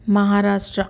Maharashtra